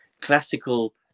classical